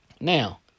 Now